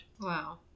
Wow